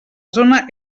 zona